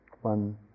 One